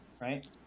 Right